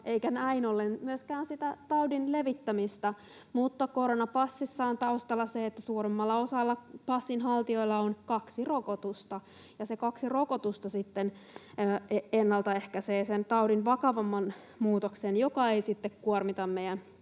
eikä näin ollen myöskään sitä taudin levittämistä, mutta koronapassissa on taustalla se, että suurimmalla osalla passinhaltijoista on kaksi rokotusta ja ne kaksi rokotusta ennaltaehkäisevät sen taudin vakavamman muutoksen, joka ei sitten kuormita meidän